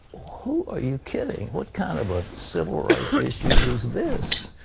who are you kidding? what kind of a civil rights issue is this?